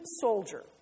soldier